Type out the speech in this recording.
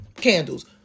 candles